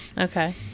Okay